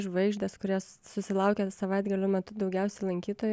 žvaigždės kurie susilaukia savaitgalio metu daugiausiai lankytojų